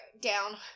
down